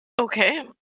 Okay